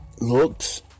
looks